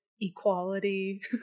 Equality